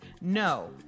No